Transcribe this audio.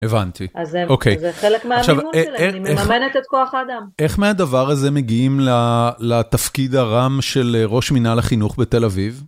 הבנתי, אוקיי. זה חלק מהלימון שלהם, היא מממנת את כוח האדם. איך מהדבר הזה מגיעים לתפקיד הרם של ראש מינהל החינוך בתל אביב?